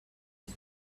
was